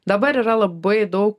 dabar yra labai daug